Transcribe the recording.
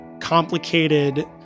complicated